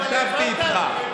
ישבתי איתך.